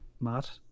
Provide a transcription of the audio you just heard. Matt